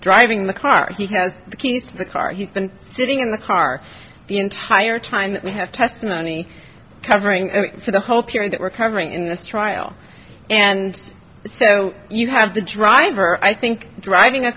driving the car he has the keys to the car he's been sitting in the car the entire time we have testimony covering for the whole period that we're covering in this trial and so you have the driver i think driving a